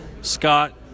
Scott